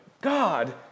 God